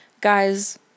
Guys